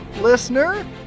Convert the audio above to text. Listener